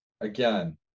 again